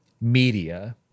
media